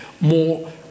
more